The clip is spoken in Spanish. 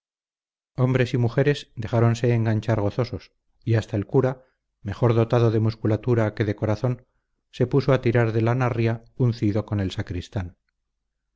hombres y mujeres dejáronse enganchar gozosos y hasta el cura mejor dotado de musculatura que de corazón se puso a tirar de la narria uncido con el sacristán